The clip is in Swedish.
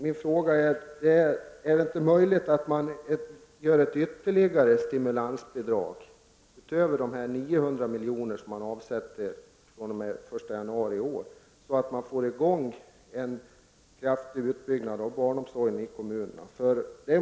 Är det inte möjligt att lämna ytterligare stimulansbidrag utöver de 900 milj.kr. som avsätts fr.o.m. den 1 januari i år, så att man får i gång en kraftig utbyggnad av barnomsorgen i kommunerna?